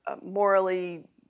morally